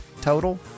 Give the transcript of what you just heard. total